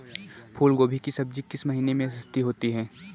फूल गोभी की सब्जी किस महीने में सस्ती होती है?